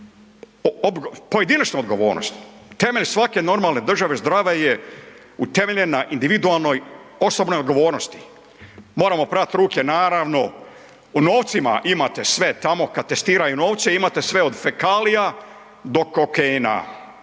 pojedinačnu odgovornost. Temelj svake normalne države i zdrave je utemeljeno na individualnoj osobnoj odgovornosti. Moramo prati ruke naravno, u novcima imate sve tamo, kad testiraju novce, imate sve, od fekalija do kokaina.